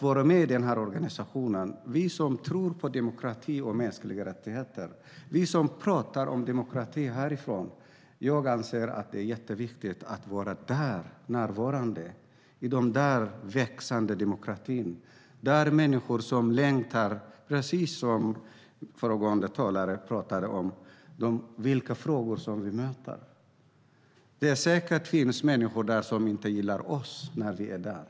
För oss som tror på demokrati och mänskliga rättigheter och för oss som talar om demokrati härifrån anser jag att det är jätteviktigt att vara närvarande i växande demokratier där människor längtar, precis som föregående talare sa, efter att tala om de frågor som vi där möter. Det finns säkert människor där som inte gillar att vi är där.